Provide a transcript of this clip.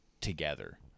together